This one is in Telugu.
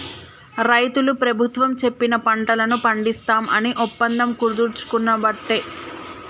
రైతులు ప్రభుత్వం చెప్పిన పంటలను పండిస్తాం అని ఒప్పందం కుదుర్చుకునబట్టే